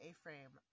A-frame